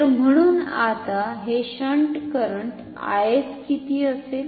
तर म्हणून आता हे शंट करंट I s किती असेल